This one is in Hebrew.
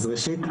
ראשית,